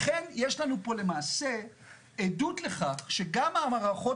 לכן יש לנו פה למעשה עדות לכך שגם המערכות